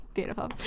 beautiful